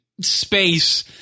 space